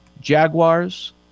Jaguars